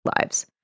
lives